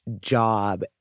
job